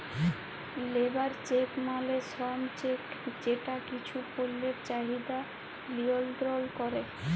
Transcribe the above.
labour check মালে শ্রম check যেট কিছু পল্যের চাহিদা লিয়লত্রল ক্যরে